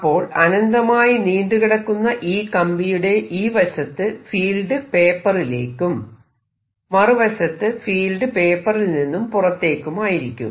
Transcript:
അപ്പോൾ അനന്തമായി നീണ്ടുകിടക്കുന്ന ഈ കമ്പിയുടെ ഈ വശത്ത് ഫീൽഡ് പേപ്പറിലേക്കും മറുവശത്ത് ഫീൽഡ് പേപ്പറിൽ നിന്നും പുറത്തേക്കുമായിരിക്കും